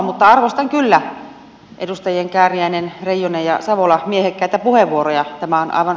mutta arvostan kyllä edustajien kääriäinen reijonen ja savola miehekkäitä puheenvuoroja